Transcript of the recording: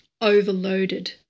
Overloaded